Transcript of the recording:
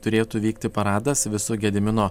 turėtų vykti paradas visu gedimino